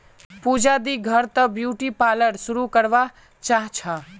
पूजा दी घर त ब्यूटी पार्लर शुरू करवा चाह छ